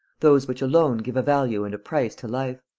those which alone give a value and a price to life.